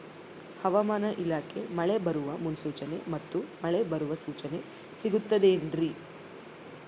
ಹವಮಾನ ಇಲಾಖೆ ಮಳೆ ಬರುವ ಮುನ್ಸೂಚನೆ ಮತ್ತು ಮಳೆ ಬರುವ ಸೂಚನೆ ಸಿಗುತ್ತದೆ ಏನ್ರಿ?